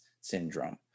syndrome